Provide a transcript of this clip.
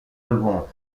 devant